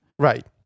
Right